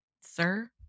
Sir